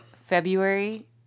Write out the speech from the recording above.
February